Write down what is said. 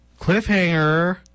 Cliffhanger